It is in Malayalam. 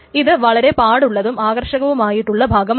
ഇത് വളരെ പാടുള്ളതും ആകർഷകവുമായിട്ടുള്ള ഭാഗമാണ്